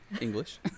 English